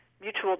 mutual